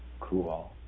Cool